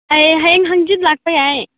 ꯍꯌꯦꯡ ꯍꯌꯦꯡ ꯍꯪꯆꯤꯠ ꯂꯥꯛꯄ ꯌꯥꯏ